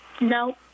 No